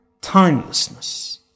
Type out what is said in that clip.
timelessness